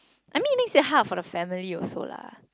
I mean it makes it hard for the family also lah